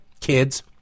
kids